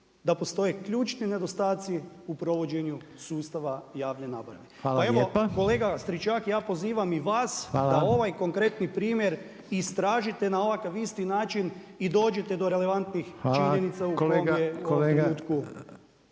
da postoje ključni nedostaci u provođenju sustava javne nabave. Pa evo kolega Stričak ja pozivam i vas da ovaj konkretni primjer istražite na ovakav isti način i dođite do relevantnih činjenica … **Reiner, Željko (HDZ)** Hvala kolega,